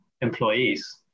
employees